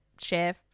share